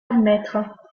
admettre